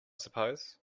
suppose